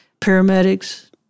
paramedics